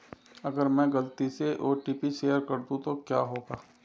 अगर मैं गलती से ओ.टी.पी शेयर कर दूं तो क्या होगा?